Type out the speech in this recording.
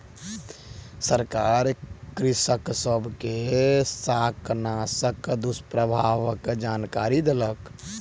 सरकार कृषक सब के शाकनाशक दुष्प्रभावक जानकरी देलक